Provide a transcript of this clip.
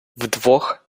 вдвох